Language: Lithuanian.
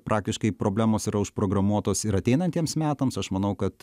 praktiškai problemos yra užprogramuotos ir ateinantiems metams aš manau kad